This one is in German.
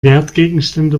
wertgegenstände